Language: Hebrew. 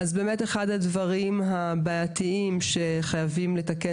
אז באמת אחד הדברים הבעייתיים שחייבים לתקן